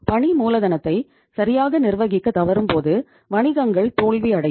பணி மூலதனத்தை சரியாக நிர்வகிக்க தவறும்போது வணிகங்கள் தோல்வி அடையும்